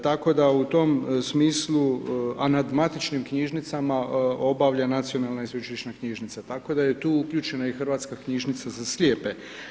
Tako da u tom smislu a nad matičnim knjižnica obavlja Nacionalna i sveučilišna knjižnica, tako da je i tu uključena i Hrvatska knjižnica za slijepe.